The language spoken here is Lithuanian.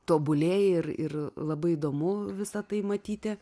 tobulėji ir ir labai įdomu visa tai matyti